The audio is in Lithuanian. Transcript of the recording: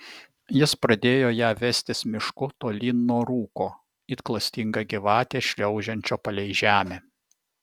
jis pradėjo ją vestis mišku tolyn nuo rūko it klastinga gyvatė šliaužiančio palei žemę